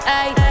aye